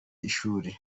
ishuri